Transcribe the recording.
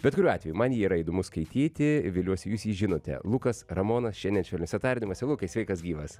bet kuriuo atveju man jį yra įdomu skaityti ir viliuosi jūs jį žinote lukas ramonas šiandien švelniuose tardymuose lukai sveikas gyvas